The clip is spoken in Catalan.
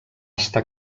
estar